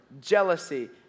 jealousy